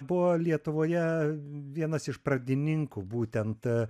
buvo lietuvoje vienas iš pradininkų būtent